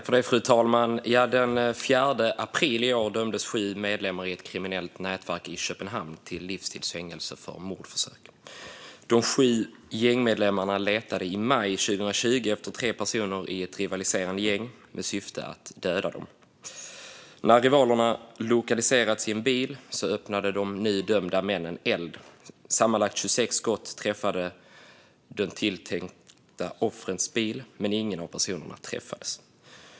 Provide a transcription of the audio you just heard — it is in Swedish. Fru talman! Den 4 april i år dömdes sju medlemmar i ett kriminellt nätverk i Köpenhamn till livstids fängelse för mordförsök. De sju gängmedlemmarna letade i maj 2020 efter tre personer i ett rivaliserande gäng med syfte att döda dem. När rivalerna lokaliserats i en bil öppnade de nu dömda männen eld. Sammanlagt 26 skott träffade de tilltänkta offrens bil, men ingen av personerna träffades.